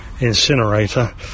incinerator